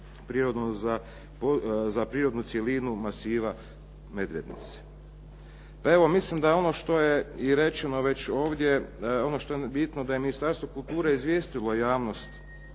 za prirodnu cjelinu masiva Medvednici. Pa evo, mislim da je ono što je i rečeno već ovdje, ono što je bitno da je Ministarstvo kulture izvijestilo javnost